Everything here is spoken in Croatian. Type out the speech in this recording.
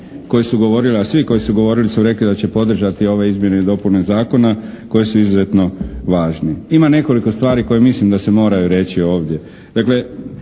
koji su govorili, a svi koji su govorili su rekli da će podržati ove izmjene i dopune zakona koje su izuzetno važne. Ima nekoliko stvari koje mislim da se moraju reći ovdje.